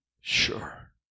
Sure